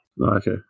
Okay